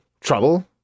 Trouble